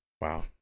Wow